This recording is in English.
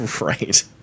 Right